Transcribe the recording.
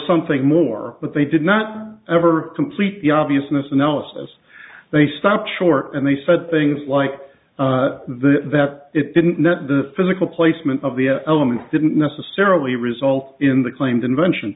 something more but they did not ever complete the obviousness analysis they stopped short and they said things like this that it didn't know the physical placement of the elements didn't necessarily result in the claimed invention